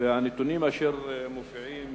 והנתונים אשר מופיעים